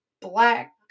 black